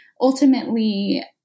ultimately